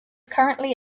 currently